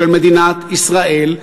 של מדינת ישראל,